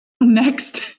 Next